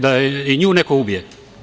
Da i nju neko ubije?